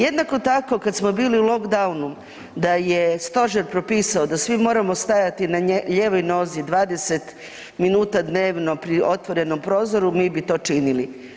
Jednako tako, kad smo bili u lockdownu da je Stožer propisao da svi moramo stajati na lijevoj nozi 20 minuta dnevno pri otvorenom prozoru, mi bi to činili.